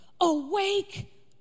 Awake